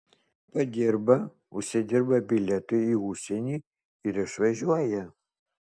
padirba užsidirba bilietui į užsienį ir išvažiuoja